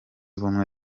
ubumwe